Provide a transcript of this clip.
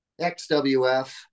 XWF